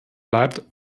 bleibt